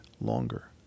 longer